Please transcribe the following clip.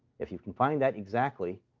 if you can find that exactly,